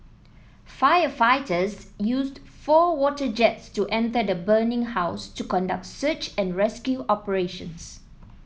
firefighters used four water jets to enter the burning house to conduct search and rescue operations